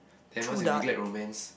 then once you neglect romance